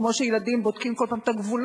כמו שילדים בודקים כל פעם את הגבולות,